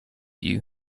you